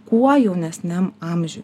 kuo jaunesniam amžiuj